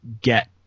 get